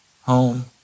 Home